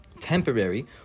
temporary